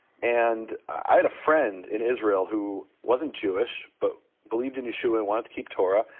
and i had a friend in israel who wasn't jewish but believed and yeshua and wanted to keep torah,